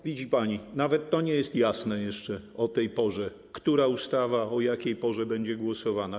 O, widzi pani, nawet to nie jest jasne jeszcze o tej porze, nad którą ustawą o jakiej porze będziemy głosować.